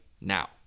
now